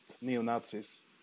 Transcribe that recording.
neo-Nazis